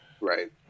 Right